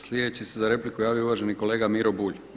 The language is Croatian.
Sljedeći se za repliku javio uvaženi kolega Miro Bulj.